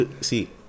see